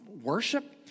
worship